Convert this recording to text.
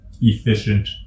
efficient